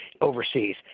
overseas